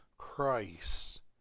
Christ